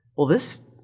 well, this,